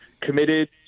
committed